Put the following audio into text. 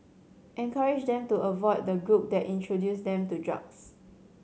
encourage them to avoid the group that introduced them to drugs